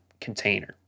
container